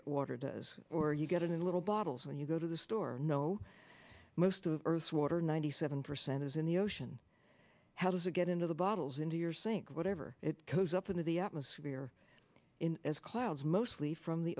it water does or you get it in little bottles when you go to the store know most of the earth's water ninety seven percent is in the ocean how does it get into the bottles into your sink whatever it goes up into the atmosphere in as clouds mostly from the